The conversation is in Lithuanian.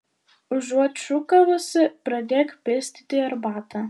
užuot šūkavusi pradėk pilstyti arbatą